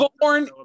born